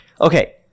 Okay